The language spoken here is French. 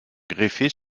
greffer